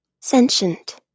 Sentient